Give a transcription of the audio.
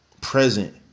present